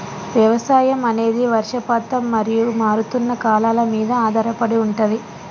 వ్యవసాయం అనేది వర్షపాతం మరియు మారుతున్న కాలాల మీద ఆధారపడి ఉంటది